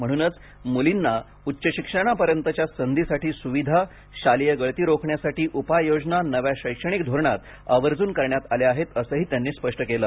म्हणूनच मुलींना उच्चशिक्षणापर्यंतच्या संधींसाठी सुविधा शालेय गळती रोखण्यासाठी उपाययोजना नव्या शैक्षणिक धोरणात आवर्जून करण्यात आल्या आहेत असही त्यांनी स्पष्ट केलं